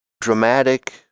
dramatic